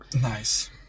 Nice